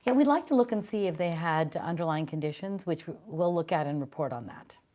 and we'd like to look and see if they had underlying conditions, which we'll look at and report on that.